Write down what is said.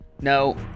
No